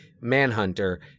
Manhunter